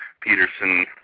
Peterson